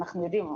אנחנו יודעים.